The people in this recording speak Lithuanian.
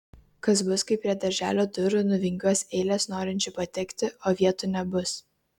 kas bus kai prie darželio durų nuvingiuos eilės norinčių patekti o vietų nebus